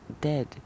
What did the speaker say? dead